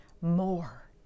more